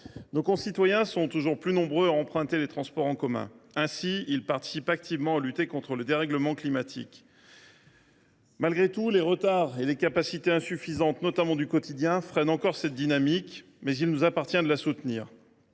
nos concitoyens sont toujours plus nombreux à emprunter les transports en commun. Ils participent ainsi activement à la lutte contre le dérèglement climatique. Toutefois, les retards et les capacités insuffisantes, notamment dans les transports du quotidien, freinent encore cette dynamique ; il nous appartient de la soutenir.